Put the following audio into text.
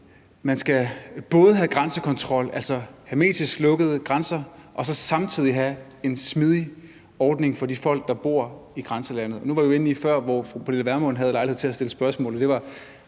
man skal både have grænsekontrol, altså hermetisk lukkede grænser, og så samtidig have en smidig ordning for de folk, der bor i grænselandet. Nu var vi jo inde på det før, hvor fru Pernille Vermund havde lejlighed til at stille spørgsmål, og der var